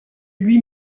lui